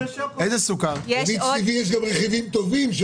יש גם רכיבים טובים.